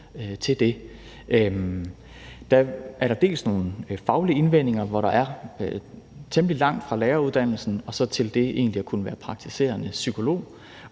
det, er der nogle faglige indvendinger om, at der er temmelig langt fra læreruddannelsen og til det at kunne være egentlig praktiserende psykolog.